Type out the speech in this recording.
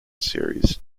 series